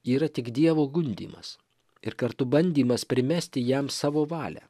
yra tik dievo gundymas ir kartu bandymas primesti jam savo valią